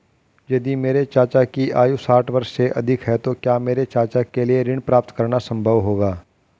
यदि मेरे चाचा की आयु साठ वर्ष से अधिक है तो क्या मेरे चाचा के लिए ऋण प्राप्त करना संभव होगा?